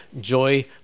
Joy